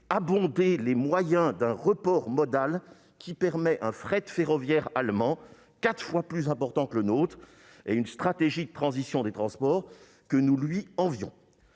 abondé les moyens d'un report modal qui permet un fret ferroviaire allemand quatre fois plus important que le nôtre et mis en place une stratégie de transition des transports que nous lui envions.